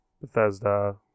Bethesda